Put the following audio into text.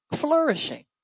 flourishing